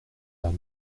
marc